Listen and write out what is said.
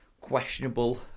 questionable